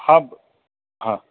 हा हा